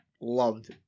loved